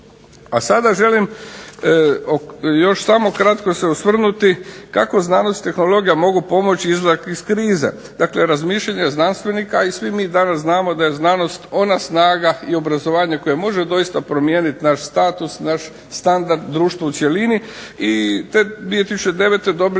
A sada želim još samo kratko se osvrnuti kako znanost i tehnologija mogu pomoći izlazak iz krize. Dakle, razmišljanje znanstvenika, a i svi mi danas znamo da je znanost ona snaga i obrazovanje koje može doista promijeniti naš status, naš standard, društvo u cjelini i te 2009. dobili